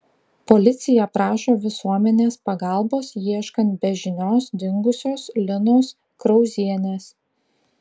policija prašo visuomenės pagalbos ieškant be žinios dingusios linos krauzienės